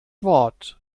wort